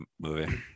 movie